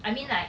I mean like